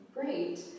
great